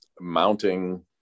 Mounting